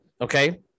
okay